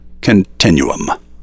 continuum